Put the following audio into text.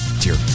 Dear